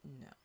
no